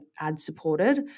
ad-supported